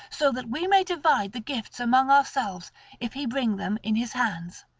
so that we may divide the gifts among ourselves if he bring them in his hands,